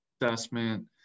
assessment